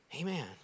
Amen